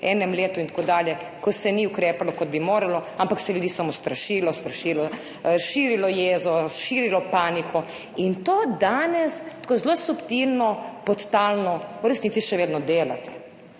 enem letu in tako dalje, ko se ni ukrepalo, kot bi se moralo, ampak se je ljudi samo strašilo, širilo jezo, širilo paniko in to danes tako zelo subtilno, podtalno v resnici še vedno delate.